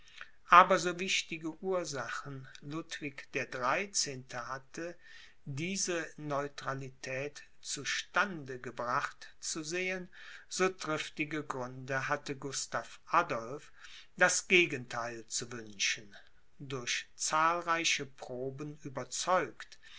aber so wichtige ursachen ludwig der dreizehnte hatte diese neutralität zu stande gebracht zu sehen so triftige gründe hatte gustav adolph das gegentheil zu wünschen durch zahlreiche proben überzeugt